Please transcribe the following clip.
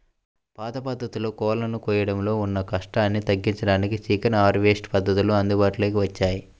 పాత పద్ధతుల్లో కోళ్ళను కోయడంలో ఉన్న కష్టాన్ని తగ్గించడానికే చికెన్ హార్వెస్ట్ పద్ధతులు అందుబాటులోకి వచ్చాయి